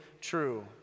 true